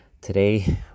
Today